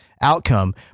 outcome